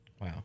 wow